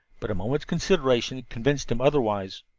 but a moment's consideration convinced him otherwise.